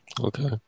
Okay